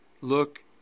look